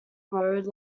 road